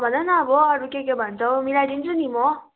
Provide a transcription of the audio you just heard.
भन न अबो अरू के के भन्छौ मिलाइदिन्छु नि म